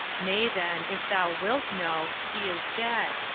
nay, then, if thou wilt know, he is dead.